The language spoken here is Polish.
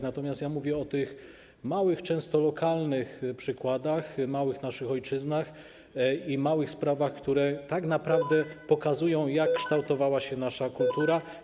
Natomiast mówię o tych małych, często lokalnych przykładach, naszych małych ojczyznach i małych sprawach, które tak naprawdę pokazują, jak kształtowała się nasza kultura.